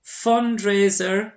fundraiser